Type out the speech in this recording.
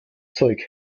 zeug